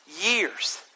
years